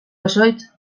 osoitz